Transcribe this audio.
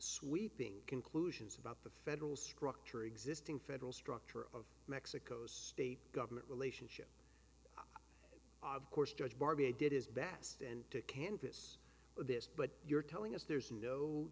sweeping conclusions about the federal structure existing federal structure of mexico's state government relationship judge bar b i did his best and to canvass this but you're telling us there's no